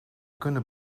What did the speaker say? kunnen